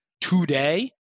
today